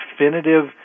definitive